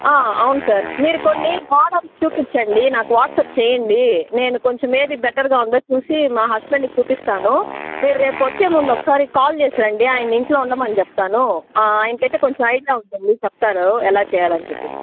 అవును సార్ మీరు కొన్ని మోడల్స్ చూపించండి నాకు వాట్సప్ చెయ్యండి నేను కొంచెం ఏది బెటర్గా ఉందో చూసి మా హస్బెండ్కి చూపిస్తాను మీరు రేపు వచ్చే ముందు కాల్ చేసి రండి ఆయన్ని ఇంట్లో ఉండమని చెప్తాను ఆయనకైతే కొంచెం ఐడియా ఉంటుంది చెప్తారు ఎలా చేయాలని చెప్పేసి